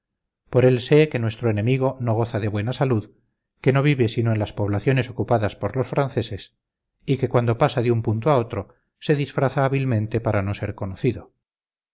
por él sé que nuestro enemigo no goza de buena salud que no vive sino en las poblaciones ocupadas por los franceses y que cuando pasa de un punto a otro se disfraza hábilmente para no ser conocido